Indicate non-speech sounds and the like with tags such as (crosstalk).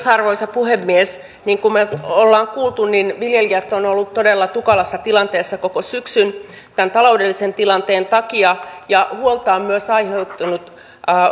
(unintelligible) arvoisa puhemies niin kuin me olemme kuulleet viljelijät ovat olleet todella tukalassa tilanteessa koko syksyn tämän taloudellisen tilanteen takia ja huolta on aiheuttanut